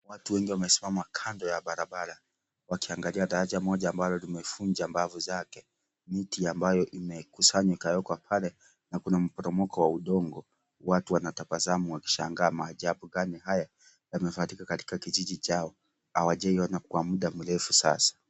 Watu wengi wamesimama kando ya barabara, wakiangalia daraja moja ambalo limevunja mbavu zake, miti ambayo imekusanywa ikawekwa pale na kuna mporomoko wa undogo, watu wanatabasamu wakishangaa maajabu gani haya yamefanyika katika kijiji chao hawajai ona kwa muda mrefu sasa.